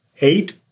eight